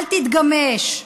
אל תתגמש,